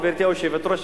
גברתי היושבת-ראש,